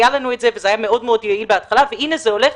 היה לנו את זה וזה היה מאוד יעיל בהתחלה והנה זה הולך,